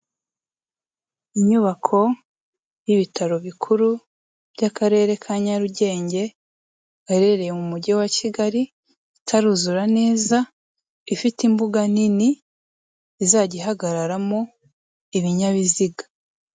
Inyubako y'ibitaro bikuru by'Akarere ka Nyarugenge gaherereye mu Mujyi wa Kigali, itaruzura neza ifite imbuga nini izajya ihagararamo ibinyabiziga.